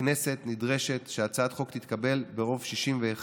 הכנסת, על הצעת החוק להתקבל ברוב של 61